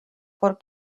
por